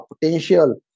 potential